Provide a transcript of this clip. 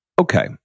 Okay